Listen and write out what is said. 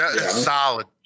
Solid